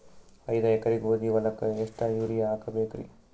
ಐದ ಎಕರಿ ಗೋಧಿ ಹೊಲಕ್ಕ ಎಷ್ಟ ಯೂರಿಯಹಾಕಬೆಕ್ರಿ?